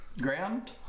ground